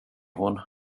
hon